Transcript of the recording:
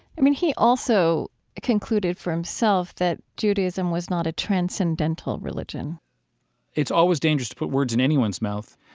i mean, he also concluded for himself that judaism was not a transcendental religion it's always dangerous to put words in anyone's mouth,